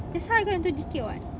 that's how I got into dikir [what]